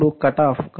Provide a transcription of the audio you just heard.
ఇప్పుడు కటాఫ్